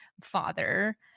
father